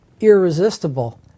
irresistible